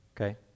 Okay